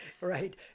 Right